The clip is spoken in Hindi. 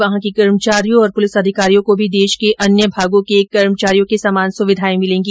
वहां के कर्मचारियों और पुलिस अधिकारियों को भी देश के अन्य भागों के कर्मचारियों के समान सुविधाएं मिलेंगी